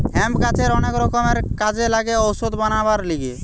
hemp গাছের অনেক রকমের কাজে লাগে ওষুধ বানাবার লিগে